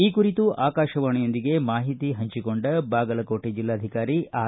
ಈ ಕುರಿತು ಆಕಾಶವಾಣಿಯೊಂದಿಗೆ ಮಾಹಿತಿ ಪಂಚಿಕೊಂಡ ಬಾಗಲಕೋಟೆ ಜಿಲ್ಲಾಧಿಕಾರಿ ಆರ್